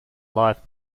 live